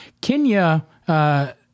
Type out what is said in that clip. Kenya